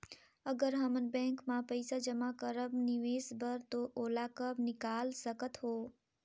अगर हमन बैंक म पइसा जमा करब निवेश बर तो ओला कब निकाल सकत हो?